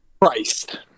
Christ